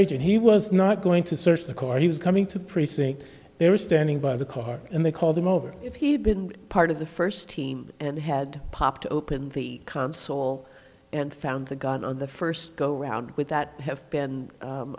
rage and he was not going to search the court he was coming to the precinct they were standing by the car and they called him over if he had been part of the first team and had popped open the console and found the gun on the first go around with that have been